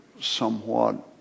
somewhat